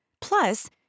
plus